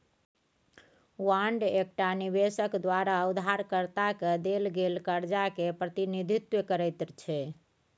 bond एकटा निबेशक द्वारा उधारकर्ता केँ देल गेल करजा केँ प्रतिनिधित्व करैत छै